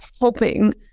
hoping